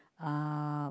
uh